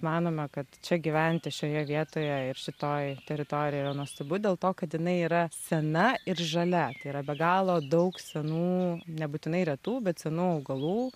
manome kad čia gyventi šioje vietoje ir šitoj teritorijoj yra nuostabu dėl to kad jinai yra sena ir žalia tai yra be galo daug senų nebūtinai retų bet senų augalų